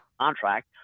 contract